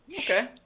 Okay